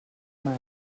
mar